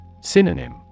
Synonym